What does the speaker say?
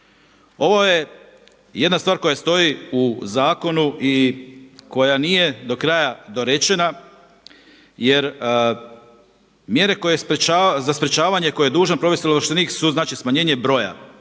Ovo je jedna stvar koja stoji u zakonu i koja nije do kraja dorečena. Jer mjere za sprječavanje koje je dužan provesti ovlaštenik su znači smanjenje broja